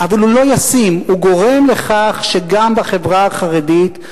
אבל לא ישים, גורם לכך שגם בחברה החרדית,